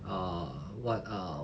err what err